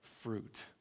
fruit